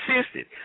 Assisted